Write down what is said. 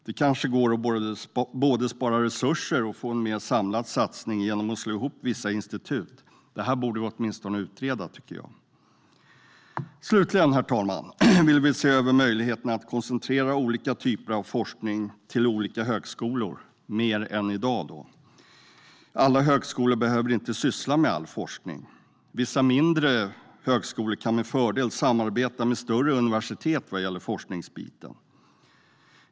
Det kanske går att både spara resurser och få en mer samlad satsning genom att slå ihop vissa institut. Detta borde vi åtminstone utreda. Herr ålderspresident! Slutligen vill vi se över möjligheterna att koncentrera olika typer av forskning till olika högskolor, alltså mer än i dag. Alla högskolor behöver inte syssla med all forskning. Vissa mindre högskolor kan med fördel samarbeta med större universitet vad gäller forskningen.